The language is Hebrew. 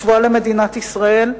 השבועה למדינת ישראל,